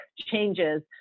changes